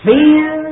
Fear